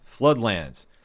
Floodlands